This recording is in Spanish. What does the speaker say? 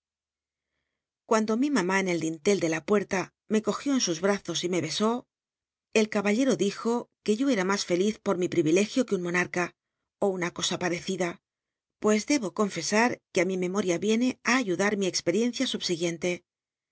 cuando mi mam í en el dintel de in puerta me cogió en sus brazos y me besó el caballei'o dijo que yo era nras feliz por mi privilegio que un monarca ó una cosa parecida pues debo confes u memoria rienc á ayudar mi experiencia subsiguiente